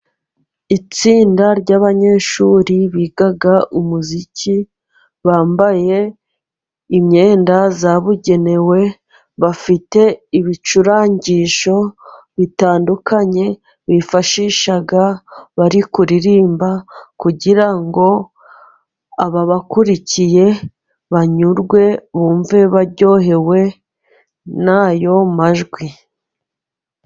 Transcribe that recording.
Itsinda ry'abanyeshuri biga umuziki bambaye imyenda yabugenewe bafite ibicurangisho bitandukanye bifashisha bari kuririmba kugira ngo ababakurikiye banyurwe bumve baryohewe n'ayo majwi.